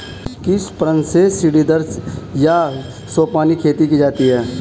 किस प्रांत में सीढ़ीदार या सोपानी खेती की जाती है?